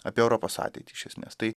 apie europos ateitį iš esmės tai